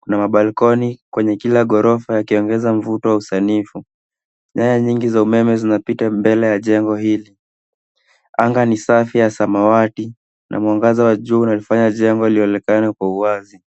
Kuna balcony kwenye kila ghorofa yakiongeza mvuto wa usanifu. Nyaya nyingi za umeme zinapita mbele ya jengo hili. Anga ni safi ya samawati na mwangaza wa jua unalinafanya jengo lionekane kwa uwazi.